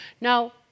Now